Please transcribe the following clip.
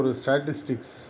statistics